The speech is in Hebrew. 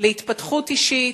להתפתחות אישית,